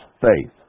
faith